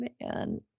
man